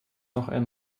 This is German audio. noch